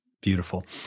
Beautiful